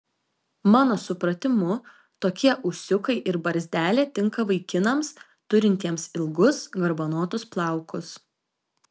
mano supratimu tokie ūsiukai ir barzdelė tinka vaikinams turintiems ilgus garbanotus plaukus